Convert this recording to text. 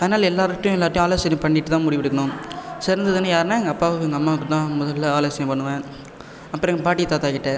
அதனால் எல்லாருகிட்டையும் எல்லாருகிட்டையும் ஆலோசனை பண்ணிகிட்டு தான் முடிவு எடுக்கணும் சிறந்ததுனா யாருன்னா எங்கள் அப்பாவுக்கும் எங்கள் அம்மாவுக்கும் தான் முதலில் ஆலோசனை பண்ணுவேன் அப்புறம் எங்கள் பாட்டி தாத்தா கிட்ட